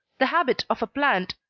the habit of a plant,